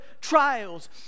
trials